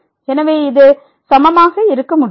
எனவே இது சமமாக இருக்க முடியாது